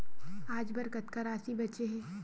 आज बर कतका राशि बचे हे?